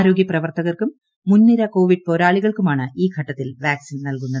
ആരോഗ്യ പ്രവർത്തകർക്കുറിച്ചു മുൻനിര കോവിഡ് പോരാളികൾക്കുമാണ് ഈ ഘട്ടത്തിൽ പ്പൊക്സിൻ നൽകുന്നത്